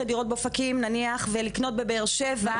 הדירות באופקים ונניח לקנות בבאר שבע.